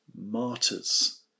martyrs